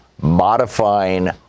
modifying